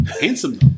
Handsome